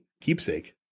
keepsake